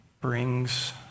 brings